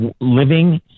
living